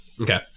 Okay